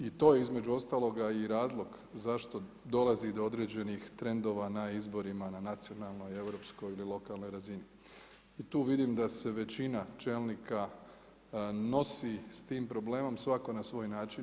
I to je između ostaloga i razlog zašto dolazi do određenih trendova na izborima na nacionalnoj europskoj ili lokalnoj razini i tu vidim da se većina čelnika nosi s tim problemom svako na svoj način.